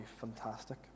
fantastic